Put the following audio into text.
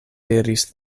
diris